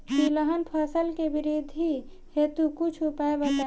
तिलहन फसल के वृद्धि हेतु कुछ उपाय बताई?